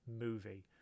movie